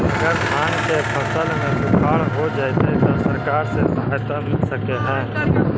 अगर धान के फ़सल में सुखाड़ होजितै त सरकार से सहायता मिल सके हे?